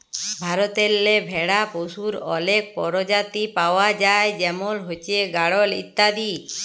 ভারতেল্লে ভেড়া পশুর অলেক পরজাতি পাউয়া যায় যেমল হছে গাঢ়ল ইত্যাদি